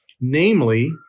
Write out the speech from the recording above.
namely